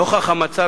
נוכח המצב,